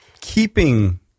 keeping